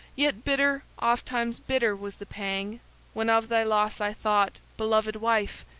yet bitter, ofttimes bitter was the pang when of thy loss i thought, beloved wife!